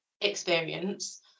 experience